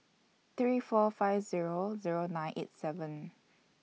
three four five Zero Zero nine eight seven